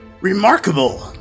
Remarkable